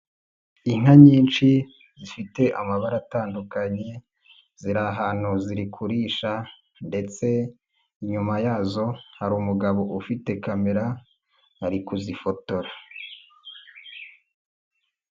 Inka nyinshi zifite amabara atandukanye ziri ahantu ziri kurisha ndetse inyuma yazo hari umugabo ufite kamera ari kuzifotora.